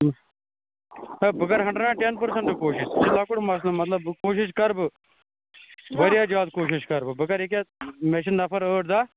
ہے بہٕ کَرٕ hundred and ten پٔرسنٛٹہٕ کوٗشِش یہِ چھُ لۅکُٹ مَسلہٕ مطلب کوٗشِش کَرٕ بہٕ واریاہ زیادٕ کوٗشِش کَرٕ بہٕ بہٕ کَرٕ یہِ کیٚاہ مےٚ چھِ نَفَر ٲٹھ دَہ